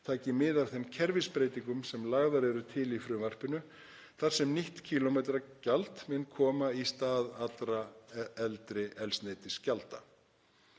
taki mið af þeim kerfisbreytingum sem lagðar eru til í frumvarpinu þar sem nýtt kílómetragjald mun koma í stað allra eldri eldsneytisgjalda.